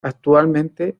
actualmente